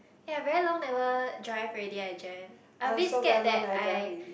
ya I very long never drive already eh Jen I a bit scared that I